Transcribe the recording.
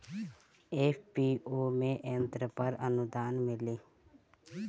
FPO में यंत्र पर आनुदान मिँली?